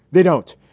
they don't.